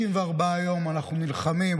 94 יום אנחנו נלחמים,